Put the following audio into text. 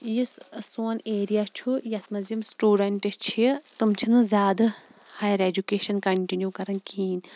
یُس سون ایریا چھُ یتھ مَنٛز یِم سٹوڈَنٹ چھِ تم چھِ نہٕ زیادٕ ہایَر ایٚجُکیشَن کَنٹِنیو کَران کِہیٖنۍ